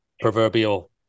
proverbial